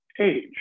age